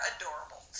adorable